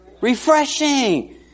refreshing